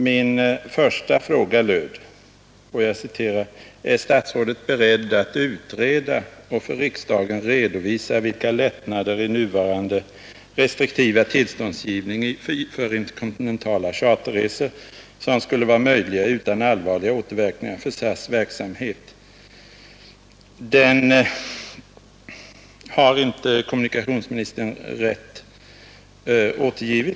Min första fråga löd: Är statsrådet beredd att utreda och för riksdagen redovisa vilka lättnader i nuvarande restriktiva tillståndsgivning för interkontinentala charterresor som skulle vara möjliga utan allvarliga återverkningar för SAS:s verksamhet? Frågan har inte av kommunikationsministern rätt återgivits.